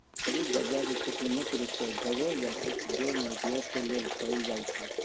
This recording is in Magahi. औद्योगिक गञ्जा के खेती मुख्य रूप से उद्योगों या औषधियों में उपयोग के लेल कएल जाइ छइ